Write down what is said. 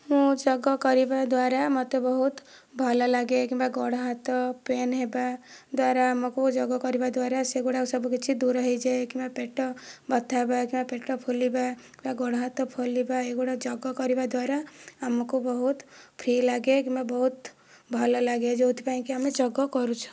ମୁଁ ଯୋଗ କରିବା ଦ୍ଵାରା ମୋତେ ବହୁତ ଭଲ ଲାଗେ କିମ୍ବା ଗୋଡ଼ ହାତ ପେନ୍ ହେବା ଦ୍ୱାରା ଆମକୁ ଯୋଗ କରିବାଦ୍ୱାରା ସେଗୁଡ଼ାକ ସବୁ କିଛି ଦୂର ହୋଇଯାଏ କିମ୍ବା ପେଟ ବଥାଇବା କିମ୍ବା ପେଟ ଫୁଲିବା ବା ଗୋଡ଼ ହାତ ଫୁଲିବା ଏଗୁଡ଼ା ଯୋଗ କରିବାଦ୍ୱାରା ଆମକୁ ବହୁତ ଫ୍ରୀ ଲାଗେ କିମ୍ବା ବହୁତ ଭଲ ଲାଗେ ଯେଉଁଥିପାଇଁ କି ଆମେ ଯୋଗ କରୁଛୁ